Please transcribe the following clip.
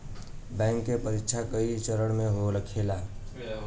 bank के परीक्षा कई चरणों में होखेला